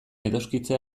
edoskitze